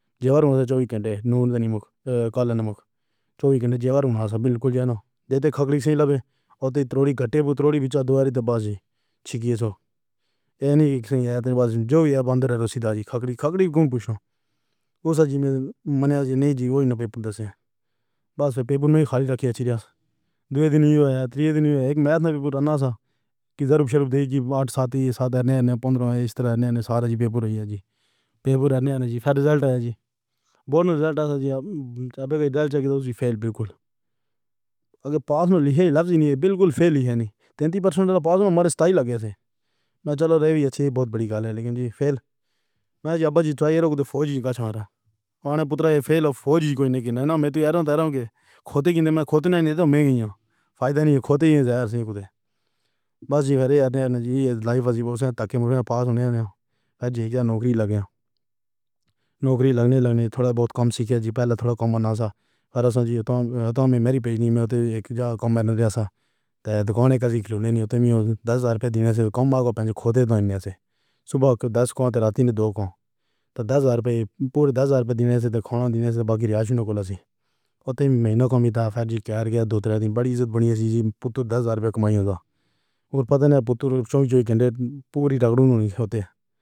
جیوردھن چوہے کینٹے نورنیمک کل نمک چوبیس گھنٹے۔ جیوردھن ہنسا۔ بالکل جانو۔ جیتے کھکری سنگھ لاوے۔ اتری گھاٹے پر ترودی وچار دو ہری دیوی چیزوں سے۔ اینی سنگھ یا دیواس۔ جو بھی باندر ہے رسیدار کھکری کھکری کو پوشاک کو ساج میں منا نہیں ہوتا۔ پیپر دستاویز بس پیپر میں ہی رکھے اچرے۔ دودن یا تین دن کے میچ میں بورانا تھا۔ کہ دربار شروع ہوئی تھی بات سچی۔ سچی نے اپنے اس طرح نے سارے پیپر ہی ہے جی پیپر ہے جی پھر رزلٹ آیا جی بونو لیٹر آ گیا، اب چاہے گا تو بھی فیل بالکل اگر پاس میں لکھے لفظ نہیں ہیں۔ بالکل فیل نہیں تو دوتین پرسنٹ والا پاس ہونا میرے سدائے لگے تھے۔ میں چلو رہی ہے اچھی بہت بڑی گلیاں لیکن جی فیل۔ میں جب بھی ٹائر کو فوجی کا چھ آنٹا پُتر فیل، فوجی کوئی نہیں جانتے۔ میں تو آ رہا ہوں کہ خود ہی کھوتے نہیں تو میں کیا فائدہ نہیں کھوتے یہ سب سے پہلے۔ بس یہ آریان جی لائف جی بہت طاقت ہے پاس ہونے کا۔ اچھی نوکری لگے۔ نوکری لگنے لگنے تھوڑا بہت کم سیکھ ہے جی پہلے تھوڑا کم آنا سا پرسوں جی ہوتا تو میری پیج نہیں۔ میں اتتیجک کمانے جیسی دکان ایک سیکھ لینے اُتّیمی دس ہزار روپے دینے سے کم کھوتے تو ایسے صبح دس کو راتی دو کو۔ تو دس ہزار روپے پورے دس ہزار روپے دینے سے کھونا دینے سے باقی کل سی اُتّیمہینا کمیتا فریبی کاغذ دو تین بڑی تعداد میں پُتر دس ہزار روپے کمائے ہوں گے اور پتا نہیں پُتر چوہی گھنٹے بھوکے کھڑے ہوتے۔